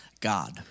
God